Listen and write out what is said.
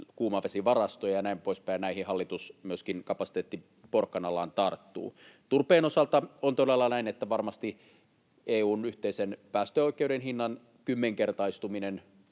kuumavesivarastoja ja näin poispäin, ja näihin hallitus myöskin kapasiteettiporkkanallaan tarttuu. Turpeen osalta on todella näin, että varmasti EU:n yhteisen päästöoikeuden hinnan kymmenkertaistuminen